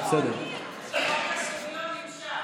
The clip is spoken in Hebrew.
אני שרה תורנית.